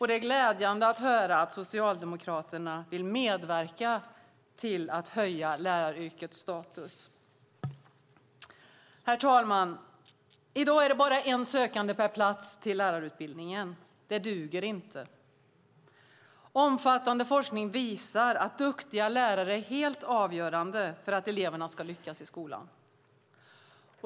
Det är glädjande att höra att Socialdemokraterna vill medverka till att höja läraryrkets status. Herr talman! I dag är det bara en sökande per plats till lärarutbildningen. Det duger inte! Omfattande forskning visar att duktiga lärare är helt avgörande för att eleverna ska lyckas i skolan.